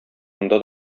монда